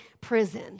prison